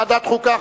ועדת חוקה,